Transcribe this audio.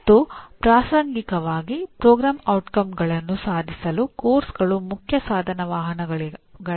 ಮತ್ತು ಪ್ರಾಸಂಗಿಕವಾಗಿ ಕಾರ್ಯಕ್ರಮದ ಪರಿಣಾಮಗಳನ್ನು ಸಾಧಿಸಲು ಪಠ್ಯಕ್ರಮಗಳು ಮುಖ್ಯ ಸಾಧನ ವಾಹನಗಳಾಗಿವೆ